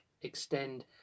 extend